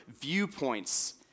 viewpoints